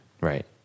Right